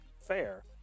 fair